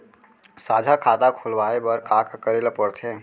साझा खाता खोलवाये बर का का करे ल पढ़थे?